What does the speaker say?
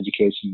education